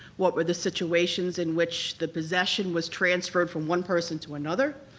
what were the situations in which the possession was transferred from one person to another,